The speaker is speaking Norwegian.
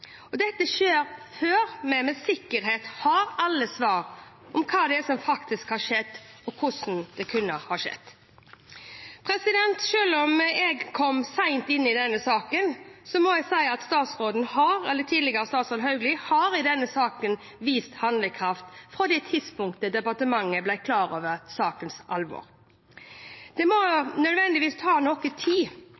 Dette skjer før vi med sikkerhet har alle svar på hva som faktisk har skjedd, og hvordan det kunne skje. Selv om jeg kom sent inn i denne saken, må jeg si at tidligere statsråd Hauglie i denne saken har vist handlekraft fra det tidspunktet departementet ble klar over sakens alvor. Det må